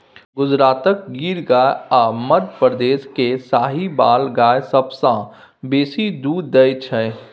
गुजरातक गिर गाय आ मध्यप्रदेश केर साहिबाल गाय सबसँ बेसी दुध दैत छै